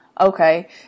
Okay